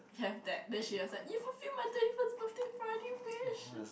have that then she was like you fullfil my twenty first birthday party wish